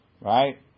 right